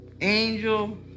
Angel